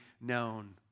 known